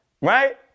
right